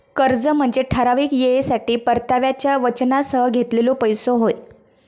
कर्ज म्हनजे ठराविक येळेसाठी परताव्याच्या वचनासह घेतलेलो पैसो होय